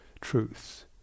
truths